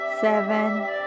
seven